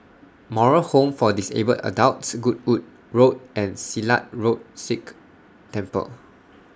Moral Home For Disabled Adults Goodwood Road and Silat Road Sikh Temple